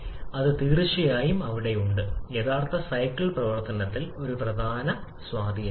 ഇപ്പോൾ റിയാക്റ്റന്റ് ഭാഗത്ത് എത്ര മോളുകൾ നിങ്ങൾക്ക് ഉണ്ട്